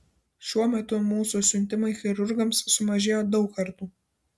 šiuo metu mūsų siuntimai chirurgams sumažėjo daug kartų